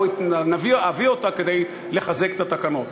או אביא אותה כדי לחזק את התקנות.